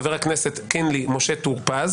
חבר הכנסת משה (קינלי) טור פז